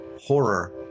horror